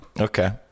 Okay